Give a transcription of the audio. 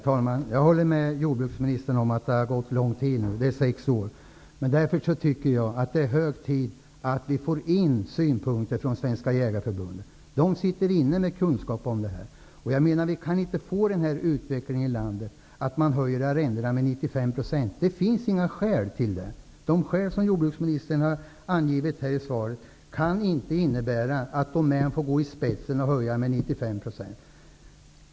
Herr talman! Jag håller med jordbruksministern om att det har gått lång tid, sex år. Därför tycker jag att det är hög tid att vi får in synpunkter från Svenska Jägareförbundet, som sitter inne med kunskap om detta. Vi kan inte få en sådan utveckling i landet att arrendepriserna höjs med 95 %. Det finns inga skäl till det. De skäl som jordbruksministern har angivit i svaret får inte innebära att Domänverket kan gå i spetsen och höja arrendena med 95 %.